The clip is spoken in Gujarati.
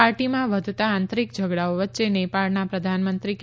પાર્ટીમાં વધતા આંતરીક ઝઘડાઓ વચ્ચે નેપાળના પ્રધાનમંત્રી કે